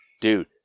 Dude